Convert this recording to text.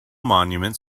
monument